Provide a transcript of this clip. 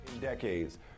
decades